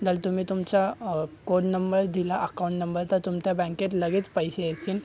जर तुम्ही तुमचा फोन नंबल दिला अकाउंत नंबल तर तुमत्या बँकेत लगेच पैसे येतीन